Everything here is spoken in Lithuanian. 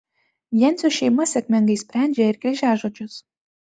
jencių šeima sėkmingai sprendžia ir kryžiažodžius